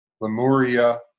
Lemuria